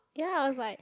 ya I was like